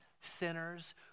sinners